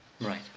Right